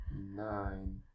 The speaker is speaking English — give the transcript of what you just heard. nine